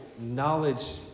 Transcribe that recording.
knowledge